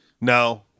No